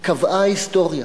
קבעה ההיסטוריה: